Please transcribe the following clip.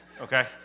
Okay